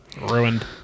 Ruined